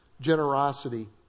generosity